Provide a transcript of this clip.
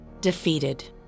defeated